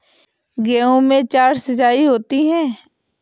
गेहूं में चार सिचाई होती हैं